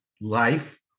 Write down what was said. life